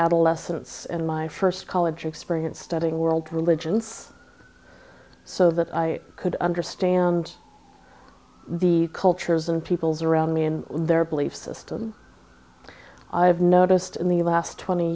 adolescence and my first college experience studying world religions so that i could understand the cultures and peoples around me and their belief system i've noticed in the last twenty